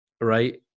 right